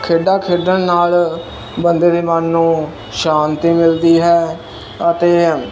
ਖੇਡਾਂ ਖੇਡਣ ਨਾਲ਼ ਬੰਦੇ ਦੇ ਮਨ ਨੂੰ ਸ਼ਾਂਤੀ ਮਿਲਦੀ ਹੈ ਅਤੇ